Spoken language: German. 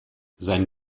sein